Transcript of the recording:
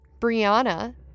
Brianna